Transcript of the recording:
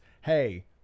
hey